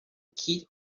kid